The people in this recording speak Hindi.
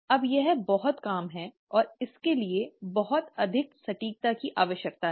अब यह बहुत काम है और इसके लिए बहुत अधिक सटीकता की आवश्यकता है